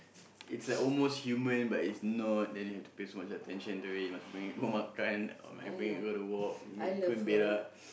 it's like almost human but it's not then you have to pay some much attention to it you must bring it go makan or bring it go to walk go go and berak